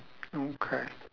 okay